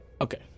Okay